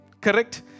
Correct